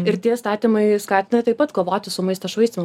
ir tie įstatymai skatina taip pat kovoti su maisto švaistymu